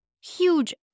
huge